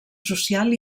social